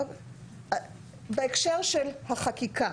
בנושא של החקיקה,